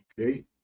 okay